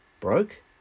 broke